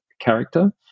character